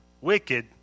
wicked